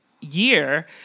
year